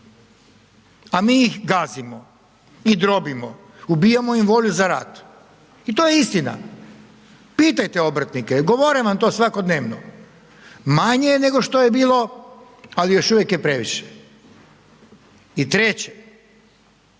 a mi ih gazimo i drobimo, ubijamo im volju za rad i to je istina, pitajte obrtnike, govore vam to svakodnevno, manje je nego što je bilo, al još uvijek je previše. I treće,